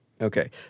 Okay